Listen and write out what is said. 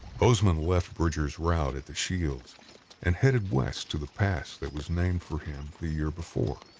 bozeman left bridger's route at the shield and headed west to the pass that was named for him the year before.